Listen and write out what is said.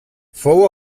fou